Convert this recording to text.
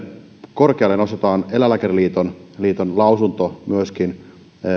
korkealle nostetaan eläinlääkäriliiton lausunto myöskin